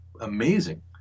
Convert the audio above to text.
amazing